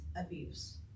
abuse